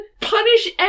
punish